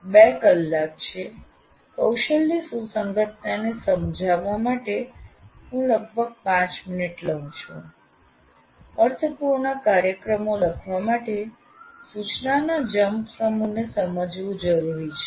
2 કલાક છે કૌશલની સુસંગતતાને સમજાવવા માટે હું લગભગ 5 મિનિટ લઉં છું અર્થપૂર્ણ કાર્યક્રમો લખવા માટે સૂચનાના જમ્પ સમૂહને સમજવું જરૂરી છે